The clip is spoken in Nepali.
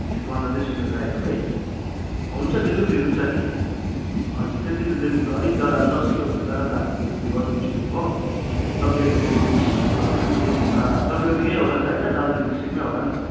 ए पन्ध्र बिस किलो चाहिएको है हुन्छ डेलिभरी हुन्छ नि हजुर त्यति त डेलिभरी अलिक ज्यादा दस किलोभन्दा ज्यादा त हामी डेलिभरी गरिदिन्छौँ हो तपाईँको हामी यता तपाईँको त यहीँ होला नि होइन दार्जिलिङ डिस्ट्रिक्टमै होला नि त